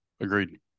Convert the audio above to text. Agreed